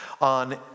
on